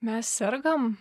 mes sergam